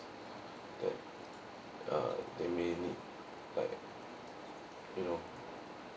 that uh they may need like you know